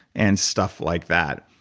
and stuff like that.